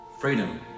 freedom